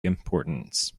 importance